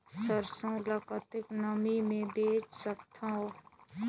सरसो ल कतेक नमी मे बेच सकथव?